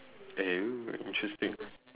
eh very interesting